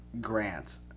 Grant